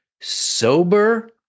sober